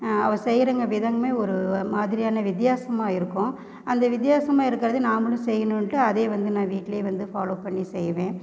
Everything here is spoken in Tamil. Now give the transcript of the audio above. அவள் செய்யிறங்க விதமும் ஒரு மாதிரியான வித்தியாசமாக இருக்கும் அந்த வித்தியாசமா இருக்குறதை நாமளும் செய்யணும்ன்ட்டு அதை வந்து நான் வீட்டில் வந்து ஃபாலோ பண்ணி செய்வேன்